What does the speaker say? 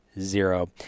zero